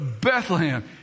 Bethlehem